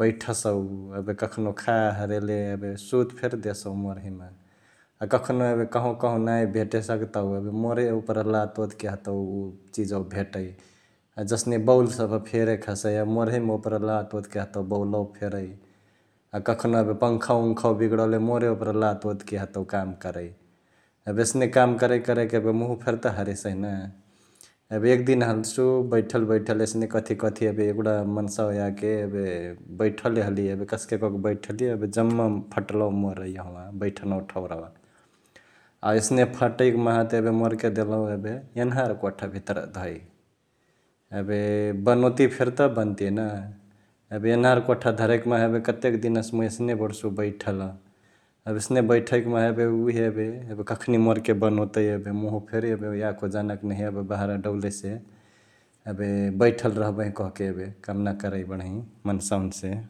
बैठसउ, एबे कखनो खा हरयैले एबे सुत फेरी देसउ मोरहिमा । अ कखनो एबे कहवा कहवा नाही भेटे सकतौ, एबे मोरे ओपरा लातओतके हतउ उ चिजवा भेटै, जसने बौल सभ फेरेके हसै एबे मोरैहिमा ओपरा लातओतके हतौ बौलावा फेरै । अ कखनो एबे पङ्खा वङ्खा बिगडले मोरे ओपरा लातओत के हतउ काम करै । एबे एसने काम करैक करैक मुइ फेरी त हरेसही ना, एबे एक दिन हल्सु बैठल बैठल यसने कथी कथी एबे एगुडा मन्सावा याके एबे बैठले हलिहे एबे कस्के कके बैठलिहे एबे जम्मा फट्लउ मोर यहवा बैठनावा ठौरावा । अ यसने फटैक माहा त एबे मोरके देलौ एबे यनहार कोवाठा भित्रा धैइ, एबे बनोतिय फेरी त बन्तिय न एबे यनहार कोठा धरैक माहा एबे कतेक दिनसे मुइ यसने बडसु बैठल । एबे यसने बैठइक माहा एबे उहे एबे...एबे कखनी मोरके बनोतै एबे मुहु फेरी एबे याको जानाक नहिय बहरा डौलेसे एबे बैठल रहबही कहके एबे कामना करै बडही मन्सावानी से ।